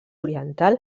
oriental